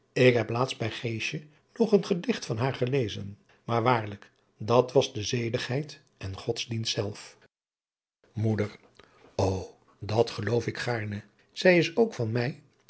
ik heb laatst bij geesje nog een gedicht van haar gelezen maar waarlijk dat was de zedigheid en godsdienst zelf moeder ô dat geloof ik gaarne zij is ook van mij